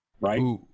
right